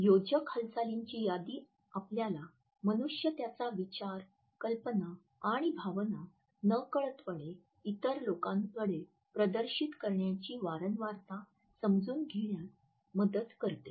योजक हालचालींची यादी आपल्याला मनुष्य त्याचा विचार कल्पना आणि भावना नकळतपणे इतर लोकांकडे प्रदर्शित करण्याची वारंवारता समजून घेण्यात मदत करतो